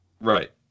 Right